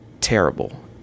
terrible